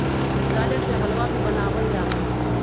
गाजर से हलवा भी बनावल जाहई